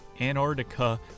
Antarctica